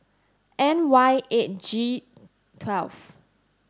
N Y eight G twelfth